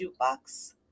jukebox